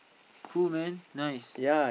cool man nice